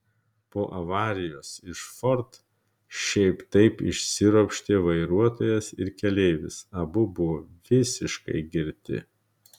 po avarijos iš ford šiaip taip išsiropštė vairuotojas ir keleivis abu buvo visiškai girti